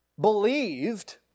believed